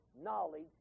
knowledge